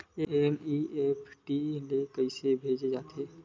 NEFT ले कइसे भेजे जाथे?